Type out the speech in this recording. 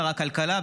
שר הכלכלה,